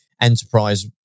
Enterprise